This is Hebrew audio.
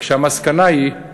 והמסקנה היא: